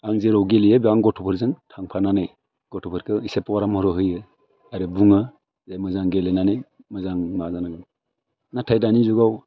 आं जेराव गेलेयो बेयावनो गथ'फोरजों थांफानानै गथ'फोरखौ इसे पराम'र' होयो आरो बुङो जे मोजां गेलेनानै मोजां माबा जानांगौ नाथाय दानि जुगाव